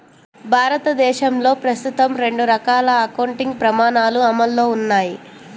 భారతదేశంలో ప్రస్తుతం రెండు రకాల అకౌంటింగ్ ప్రమాణాలు అమల్లో ఉన్నాయి